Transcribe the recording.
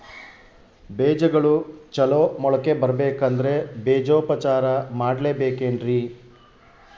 ಬೇಜಗಳು ಚಲೋ ಮೊಳಕೆ ಬರಬೇಕಂದ್ರೆ ಬೇಜೋಪಚಾರ ಮಾಡಲೆಬೇಕೆನ್ರಿ?